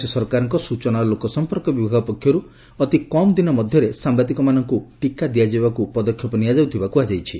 ରାଜ୍ୟ ସରକାରଙ୍କ ସୂଚନା ଓ ଲୋକସମ୍ମର୍କ ବିଭାଗ ପକ୍ଷରୁ ଅତି କମ୍ ଦିନ ମଧ୍ଧରେ ସାମ୍ଘାଦିକମାନଙ୍କୁ ଟିକା ଦିଆଯିବାକୁ ପଦକ୍ଷେପ ନିଆଯାଉଥିବା କୁହାଯାଇଛି